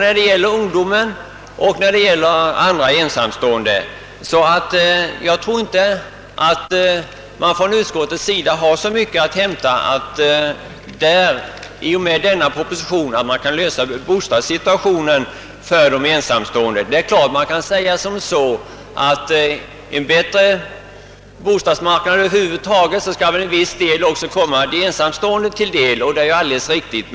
Jag delar därför inte utskottets förhoppningar att ett genomförande av propositionens förslag löser bostadsproblemet för de ensamstående. Man kan naturligtvis säga att med ett ökat bostadsbyggande skall en viss del av produktionen gå även till ensamstående.